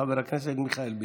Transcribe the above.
חבר הכנסת מיכאל ביטון.